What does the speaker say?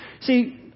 See